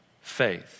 faith